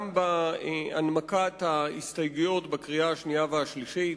גם בהנמקת ההסתייגויות בקריאה השנייה והשלישית,